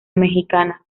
mexicana